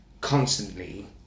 constantly